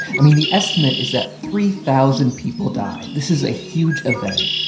i mean, the estimate is that three thousand people died. this is a huge event.